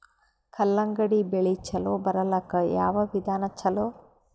ಕಲ್ಲಂಗಡಿ ಬೆಳಿ ಚಲೋ ಬರಲಾಕ ಯಾವ ವಿಧಾನ ಚಲೋ?